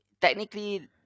technically